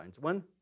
One